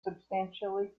substantially